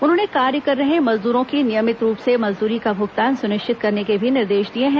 उन्होंने कार्य कर रहे मजदूरों की नियमित रूप से मजदूरी का भुगतान सुनिश्चत करने के भी निर्देश दिये है